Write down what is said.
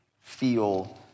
feel